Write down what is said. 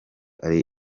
ari